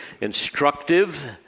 instructive